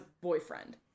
boyfriend